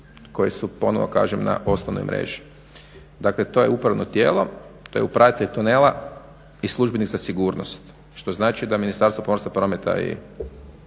koje su ponovo kažem na osnovnoj mreži. Dakle, to je upravno tijelo, to je upravitelj tunela i službenik za sigurnost. Što znači da Ministarstvo pomorstva, prometa i